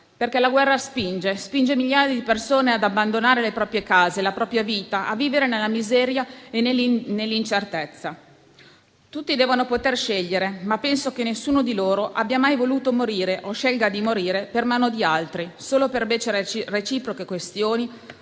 perché la guerra spinge migliaia di persone ad abbandonare le proprie case, la propria vita, a vivere nella miseria e nell'incertezza. Tutti devono poter scegliere, ma penso che nessuno di loro abbia mai voluto morire o scelga di morire per mano di altri, solo per becere reciproche questioni